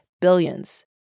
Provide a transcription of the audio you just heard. Billions